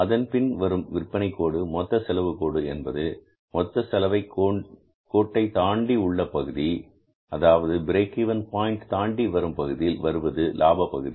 அதன் பின் வரும் விற்பனை கோடு மொத்த செலவு கோடு என்பது மொத்த செலவு கோட்டை தாண்டி உள்ள பகுதி அதாவது பிரேக் இவென் பாயின்ட் தாண்டி வரும் பகுதியில் வருவது லாப பகுதி